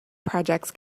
projects